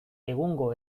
egungo